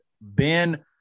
Ben